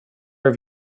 have